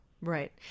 right